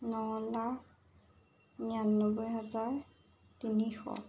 ন লাখ নিৰান্নব্বৈ হাজাৰ তিনিশ